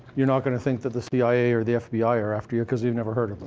you're not gonna think that the cia or the fbi are after you, because you've never heard